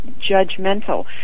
judgmental